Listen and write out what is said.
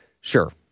Sure